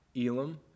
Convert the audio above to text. Elam